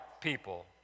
people